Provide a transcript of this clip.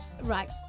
right